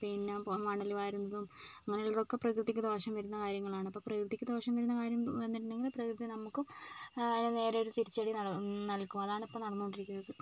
പിന്നെ പൊ മണൽ വാരുന്നതും ഇങ്ങനെയുള്ളതൊക്കെ പ്രകൃതിക്ക് ദോഷം വരുന്ന കാര്യങ്ങളാണ് അപ്പോൾ പ്രകൃതിക്ക് ദോഷം വരുന്ന കാര്യം വന്നിട്ടുണ്ടെങ്കിൽ പ്രകൃതി നമുക്കും നേരെയൊരു തിരിച്ചടി നൽ നൽകും അതാണ് ഇപ്പോൾ നടന്നുകൊണ്ടിരിക്കുന്നത്